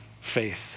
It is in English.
faith